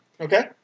Okay